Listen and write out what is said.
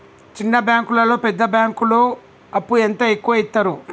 చిన్న బ్యాంకులలో పెద్ద బ్యాంకులో అప్పు ఎంత ఎక్కువ యిత్తరు?